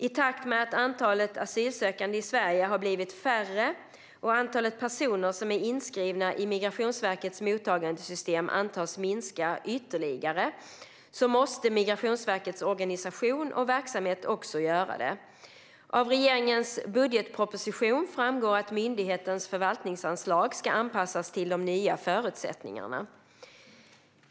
I takt med att antalet asylsökande i Sverige har blivit färre och antalet personer som är inskrivna i Migrationsverkets mottagandesystem antas minska ytterligare måste Migrationsverkets organisation och verksamhet också göra det. Av regeringens budgetproposition framgår att myndighetens förvaltningsanslag ska anpassas till de nya förutsättningarna.